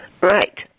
Right